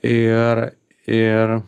ir ir